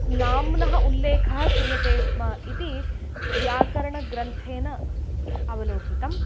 नाम्नः उल्लेखः क्रियते स्म इति व्याकरणग्रन्थेन अवलोकितम्